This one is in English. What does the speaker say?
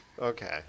Okay